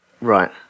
Right